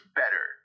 better